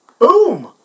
Boom